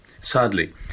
sadly